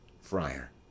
Friar